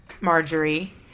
Marjorie